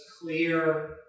clear